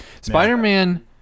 Spider-Man